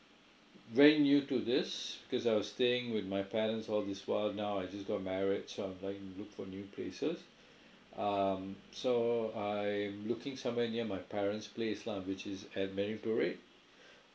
brand new to this because I was staying with my parents all these while now I just got married so I'm trying to look for new places um so I'm looking somewhere near my parent's place lah which is at marine parade